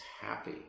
happy